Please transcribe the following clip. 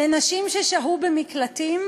לנשים ששהו במקלטים,